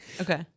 Okay